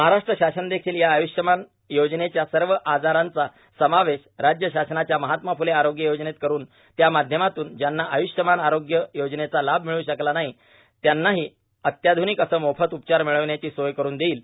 महाराष्ट्र शासन देखील या आयुष्यमान योजनेच्या सव आजारांचा समावेश राज्य शासनाच्या महात्मा फुले आरोग्य योजनेत करुन त्या माध्यमातून ज्यांना आयुष्यमान आरोग्य योजनेचा लाभ मिळू शकला नाही त्यांनाही अत्यार्ध्रानक असे मोफत उपचार ामळण्याची सोय करुन देईल